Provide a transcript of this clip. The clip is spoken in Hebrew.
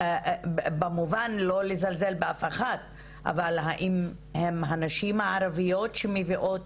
כמובן לא לזלזל באף אחת אבל האם הן הנשים הערביות שמביאות